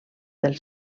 del